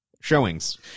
showings